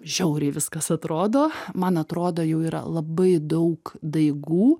žiauriai viskas atrodo man atrodo jau yra labai daug daigų